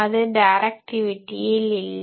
அது டைரக்டிவிட்டியில் இல்லை